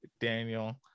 daniel